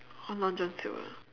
long john silver